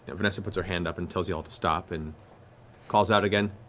ah vanessa puts her hand up and tells you all to stop and calls out again.